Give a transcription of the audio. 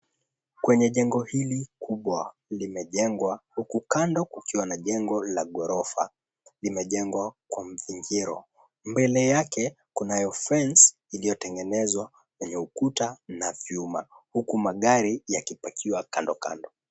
Kwenye jengo hili kubwa limejengwa huku kando kukiwa na jengo la gorofa limejengwa kwa mvingiro. Mbele yake kunayo fence iliotenngenezwa yenye ukuta na vyuma huku magari yakipakiwa kando kando.